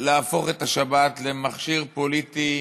להפוך את השבת למכשיר פוליטי